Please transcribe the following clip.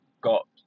got